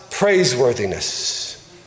praiseworthiness